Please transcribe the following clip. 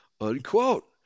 unquote